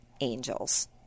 angels